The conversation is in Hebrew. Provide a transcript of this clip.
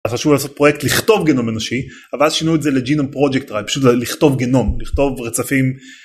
אני רוצה ברכה קצרה לחתונה של בן ושרה